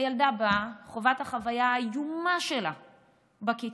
הילדה באה, חווה את החוויה האיומה שלה בכיתה,